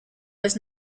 was